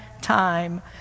time